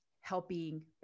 helping